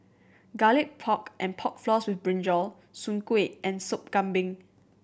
Garlic Pork and Pork Floss with brinjal soon kway and Sop Kambing